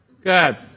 Good